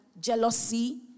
jealousy